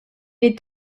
est